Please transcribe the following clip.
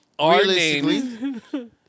realistically